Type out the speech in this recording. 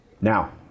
Now